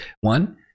One